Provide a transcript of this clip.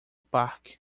parque